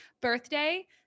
birthday